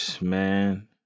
man